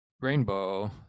Rainbow